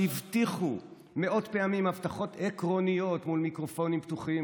שהבטיחו מאות פעמים הבטחות עקרוניות מול מיקרופונים פתוחים,